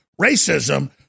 racism